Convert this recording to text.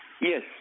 Yes